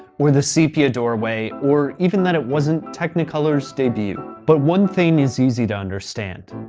or the sepia doorway, or even that it wasn't technicolor's debut. but one thing is easy to understand,